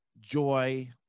joy